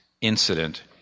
incident